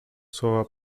słowa